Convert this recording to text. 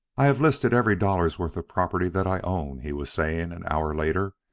i have listed every dollar's worth of property that i own, he was saying an hour later,